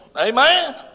Amen